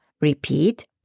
Repeat